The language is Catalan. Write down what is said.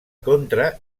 contra